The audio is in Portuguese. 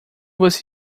você